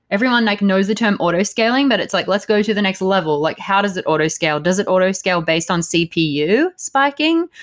everyone like knows the term auto-scaling, but it's like, let's go to the next level. like how does it auto-scale? does it auto-scale based on cpu spiking?